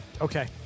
Okay